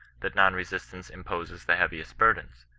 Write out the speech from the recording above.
that non-resistance imposes the heaviest burdens.